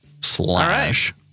slash